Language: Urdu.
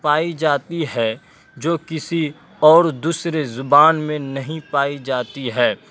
پائی جاتی ہے جو کسی اور دوسرے زبان میں نہیں پائی جاتی ہے